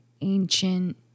ancient